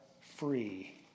free